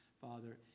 Father